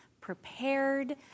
Prepared